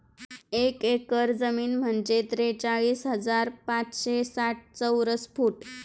एक एकर जमीन म्हणजे त्रेचाळीस हजार पाचशे साठ चौरस फूट